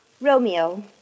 Romeo